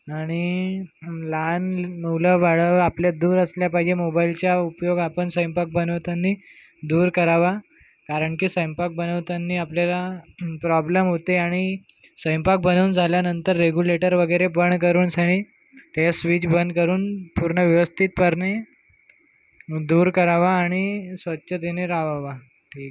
आणि लहान मुलं बाळं आपल्या दूर असल्या पाहिजे मोबाईलच्या उपयोग आपण स्वयंपाक बनवताना दूर करावा कारण की स्वयंपाक बनवताना आपल्याला प्रॉब्लेम होते आणि स्वयंपाक बनवून झाल्यानंतर रेग्युलेटर वगैरे बंद करूनशेणी स्विच बंद करून पूर्ण व्यवस्थितपणे दूर करावा आणि स्वच्छतेने रहावावा ठीक